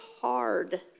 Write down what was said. hard